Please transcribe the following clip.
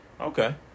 Okay